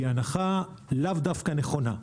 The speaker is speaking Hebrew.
היא הנחה לאו דווקא נכונה.